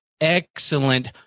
excellent